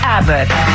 Abbott